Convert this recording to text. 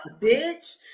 bitch